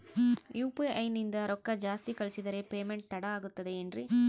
UPI ನಿಂದ ರೊಕ್ಕ ಜಾಸ್ತಿ ಕಳಿಸಿದರೆ ಪೇಮೆಂಟ್ ತಡ ಆಗುತ್ತದೆ ಎನ್ರಿ?